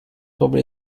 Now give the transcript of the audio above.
probably